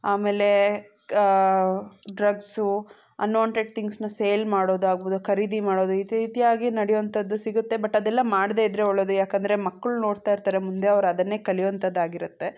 ಆಮೇಲೆ drugs unwanted ಥಿಂಗ್ಸನ್ನ sale ಮಾಡೋದಾಗ್ಬೋದು ಖರೀದಿ ಮಾಡೋದು ಇತಿ ಇತಿಯಾಗಿ ನಡಿಯುವಂಥದ್ದು ಸಿಗುತ್ತೆ ಬಟ್ ಅದೆಲ್ಲ ಮಾಡದೇ ಇದ್ದರೆ ಒಳ್ಳೆಯದು ಯಾಕಂದರೆ ಮಕ್ಕಳು ನೋಡ್ತಾ ಇರ್ತಾರೆ ಮುಂದೆ ಅವರು ಅದನ್ನೇ ಕಲಿಯುವಂಥದ್ದು ಆಗಿರುತ್ತೆ